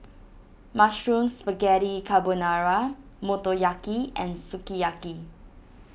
Mushroom Spaghetti Carbonara Motoyaki and Sukiyaki